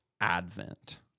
Advent